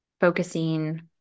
focusing